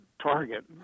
target